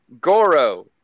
Goro